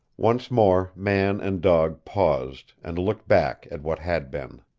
once more man and dog paused, and looked back at what had been.